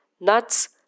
nuts